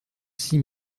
six